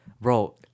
bro